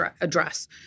address